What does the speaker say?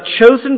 chosen